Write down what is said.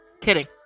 Kidding